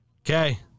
Okay